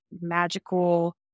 magical